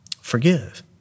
Forgive